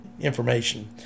information